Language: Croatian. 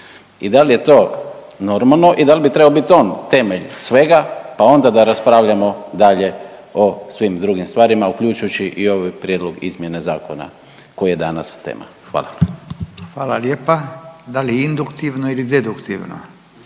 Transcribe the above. i dal je to normalno i dal bi trebao biti on temelj svega, pa onda da raspravljamo dalje o svim drugim stvarima uključujući ovaj prijedlog izmjene zakona koji je danas tema? Hvala. **Radin, Furio (Nezavisni)** Hvala lijepa. Da li je induktivno ili deduktivno?